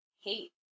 hate